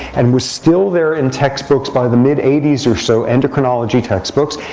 and was still there in textbooks by the mid eighty s or so, endocrinology textbooks.